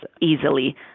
easily